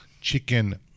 chicken